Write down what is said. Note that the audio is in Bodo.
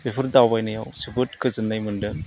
बेफोर दावबायनायाव जोबोद गोजोननाय मोनदों